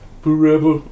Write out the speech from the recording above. forever